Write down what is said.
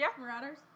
Marauders